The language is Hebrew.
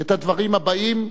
את הדברים הבאים: